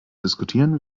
diskutieren